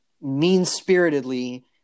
mean-spiritedly